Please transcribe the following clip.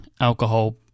alcohol